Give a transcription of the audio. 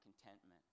contentment